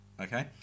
Okay